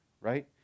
right